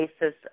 basis